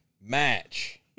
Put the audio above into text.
match